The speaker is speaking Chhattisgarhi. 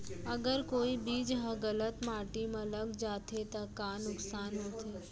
अगर कोई बीज ह गलत माटी म लग जाथे त का नुकसान होथे?